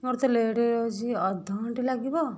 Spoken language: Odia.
ମୋର ତ ଲେଟ୍ ହେଇଯାଉଛି ଅଧ ଘଣ୍ଟେ ଲାଗିବ